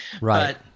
Right